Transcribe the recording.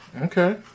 Okay